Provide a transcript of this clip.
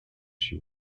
she